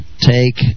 take